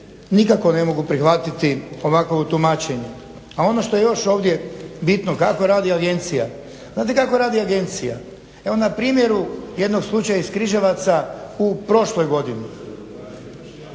nikako ne mogu prihvatiti ovakovo tumačenje. A ono što je još ovdje bitno, kako radi agencija? Znate kako radi agencija? Evo na primjeru jednog slučaja iz Križevaca u prošloj godini.